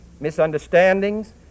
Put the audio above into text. misunderstandings